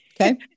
Okay